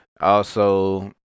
Also-